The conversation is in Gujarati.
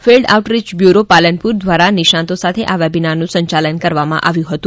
ફિલ્ડ આઉટરીય બ્યુરો પાલનપુર દ્વારા નિષ્ણાતો સાથે આ વેબિનારનું સંચાલન કરવામાં આવ્યું હતું